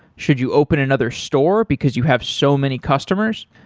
should you open another store because you have so many customers,